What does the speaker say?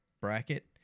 bracket